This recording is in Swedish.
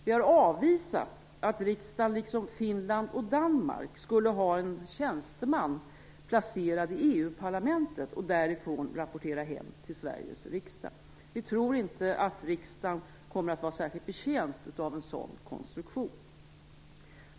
Vi har avvisat att riksdagen liksom Finland och Danmark skulle ha en tjänsteman placerad i EU parlamentet och därifrån rapportera hem till Sveriges riksdag. Vi tror inte att riksdagen kommer att vara särskilt betjänt av en sådan konstruktion.